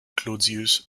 claudius